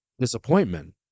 disappointment